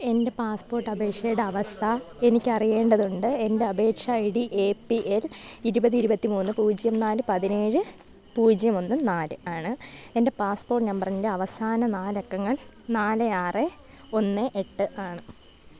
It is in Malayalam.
എൻ്റെ പാസ്പോട്ട് അപേക്ഷയുടെ അവസ്ഥ എനിക്ക് അറിയേണ്ടതുണ്ട് എൻ്റെ അപേക്ഷ I D A P L ഇരുപത് ഇരുപത്തി മൂന്ന് പൂജ്യം നാല് പതിനേഴ് പൂജ്യം ഒന്ന് നാല് ആണ് എൻ്റെ പാസ്പോട്ട് നമ്പറിൻ്റെ അവസാന നാല് അക്കങ്ങൾ നാല് ആറ് ഒന്ന് എട്ട് ആണ്